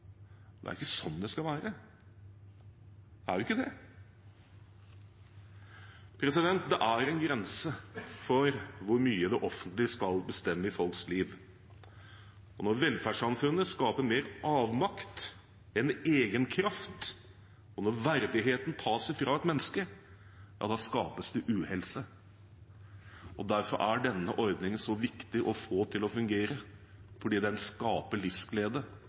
Det er ikke sånn det skal være, det er jo ikke det. Det er en grense for hvor mye det offentlige skal bestemme i folks liv. Når velferdssamfunnet skaper mer avmakt enn egenkraft, og når verdigheten tas fra et menneske, da skapes det uhelse. Derfor er det så viktig å få denne ordningen til å fungere, fordi den skaper livsglede,